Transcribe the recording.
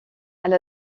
elle